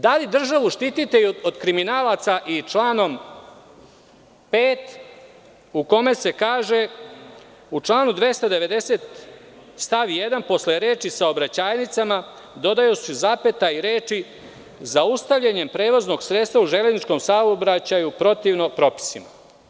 Da li državu štitite od kriminalaca i članom 5. u kome se kaže u članu 290. stav 1. posle reči: „saobraćajnicama“ dodaje se zapeta i reči: „zaustavljanjem prevoznog sredstva u železničkom saobraćaju protivno propisima“